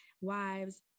wives